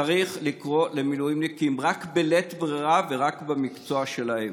צריך לקרוא למילואימניקים רק בלית ברירה ורק במקצוע שלהם.